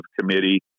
committee